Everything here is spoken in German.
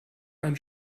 ein